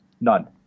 None